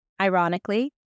ironically